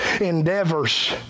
endeavors